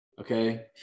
Okay